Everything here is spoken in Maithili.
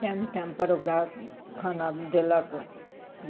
टाइम टाइमपर ओकरा खाना देलक